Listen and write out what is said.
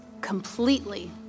completely